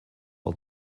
all